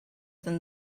than